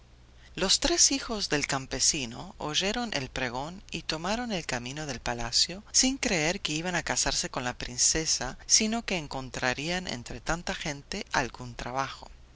los tres hijos del campesino oyeron el pregón y tomaron el camino del palacio sin creer que iban a casarse con la princesa sino que encontrarían entre tanta gente algún trabajo